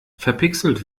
verpixelt